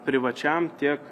privačiam tiek